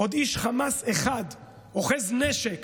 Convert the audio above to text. עוד איש חמאס אחד אוחז נשק